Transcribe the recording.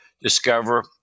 discover